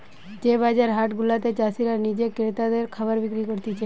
যে বাজার হাট গুলাতে চাষীরা নিজে ক্রেতাদের খাবার বিক্রি করতিছে